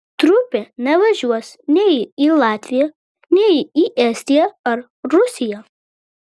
trupė nevažiuos nei į latviją nei į estiją ar rusiją